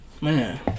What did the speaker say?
man